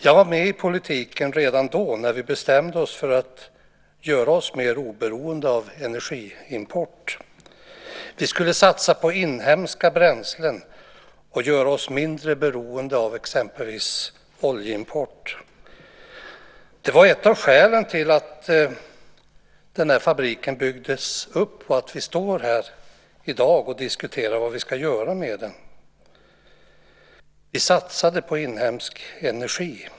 Jag var med i politiken redan då, när vi bestämde oss för att göra oss mer oberoende av energiimport. Vi skulle satsa på inhemska bränslen och göra oss mindre beroende av exempelvis oljeimport. Det var ett av skälen till att den där fabriken byggdes upp och att vi står här i dag och diskuterar vad vi ska göra med den. Vi satsade på inhemsk energi.